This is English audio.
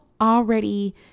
already